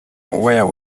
where